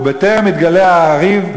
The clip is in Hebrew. ובטרם יתגלע הריב,